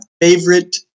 favorite